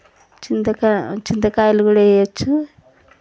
చింతకాయలు చింతకాయలు కూడా వేయొచ్చు